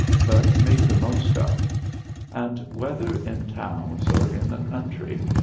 but made the most of and, whether in towns or in the country,